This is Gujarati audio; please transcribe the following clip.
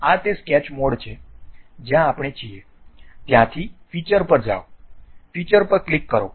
આ તે સ્કેચ મોડ છે જ્યાં આપણે છીએ ત્યાંથી ફીચર પર જાઓ ફીચર પર ક્લિક કરો